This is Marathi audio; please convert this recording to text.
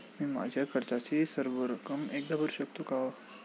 मी माझ्या कर्जाची सर्व रक्कम एकदा भरू शकतो का?